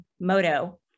moto